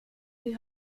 die